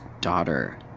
daughter